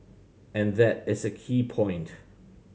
and that is a key point